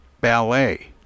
ballet